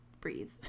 breathe